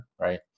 right